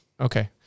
Okay